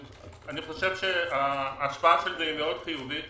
אני חושב שההשפעה של זה היא מאוד חיובית.